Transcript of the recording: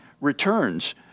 returns